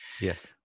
yes